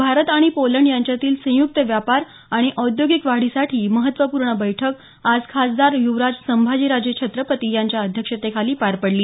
भारत आणि पोलंड यांच्यातील संयुक्त व्यापार आणि औद्योगिक वाढीसाठी महत्वपूर्ण बैठक आज खासदार युवराज संभाजीराजे छत्रपती यांच्या अध्यक्षतेखाली पार पडली